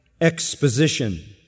exposition